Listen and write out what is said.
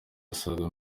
asaga